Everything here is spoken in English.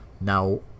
Now